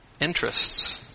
interests